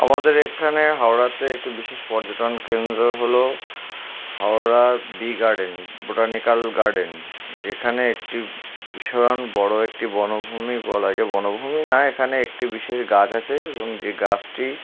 আমাদের এখানে হাওড়াতে একটি বিশেষ পর্যটন কেন্দ্র হলো Howrah B garden botanical garden যেখানে একটি ভীষণ বড়ো একটি বনভূমি বলা হয় যে বনভূমি না এখানে একটি বিশেষ গাছ আছে এবং যে গাছটি